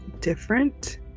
different